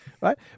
right